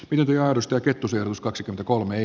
pidimme ostaa kettuseos kaksikymmentäkolme